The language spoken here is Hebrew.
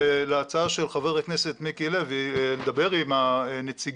להצעה של חבר הכנסת מיקי לוי לדבר עם הנציגים,